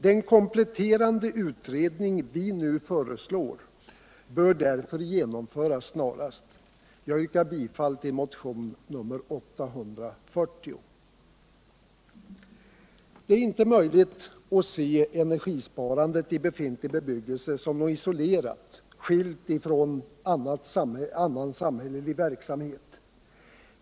Den kompletterande utredning vi nu föreslår bör därför genomföras snarast. Jag yrkar bifall till motionen 840. Det är inte möjligt att se energisparandet i befintlig bebyggelse som något isolerat och skilt från annan samhällelig verksamhet.